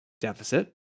deficit